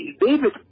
David